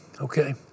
Okay